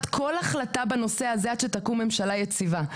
כל החלטה בנושא הזה עד שתקום ממשלה יציבה.